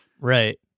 Right